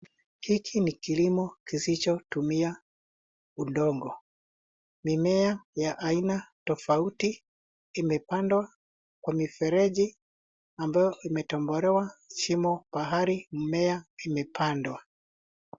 Hiki ni kilimo kisichotumia udongo. Mimea ya aina tofauti imepandwa kwa mifereji ambayo imetobolewa shimo pahali mmea imepandwa.